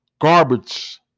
garbage